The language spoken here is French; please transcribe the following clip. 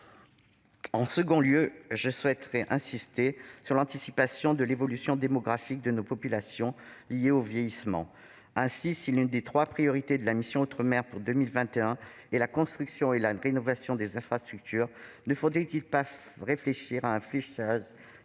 En deuxième lieu, je souhaite insister sur la nécessité d'anticiper l'évolution démographique de nos populations liée au vieillissement. Ainsi, si l'une des trois priorités de la mission « Outre-mer » pour 2021 est la construction et la rénovation des infrastructures, ne faudrait-il pas réfléchir à un fléchage d'une